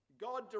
God